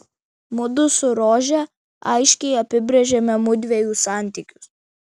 mudu su rože aiškiai apibrėžėme mudviejų santykius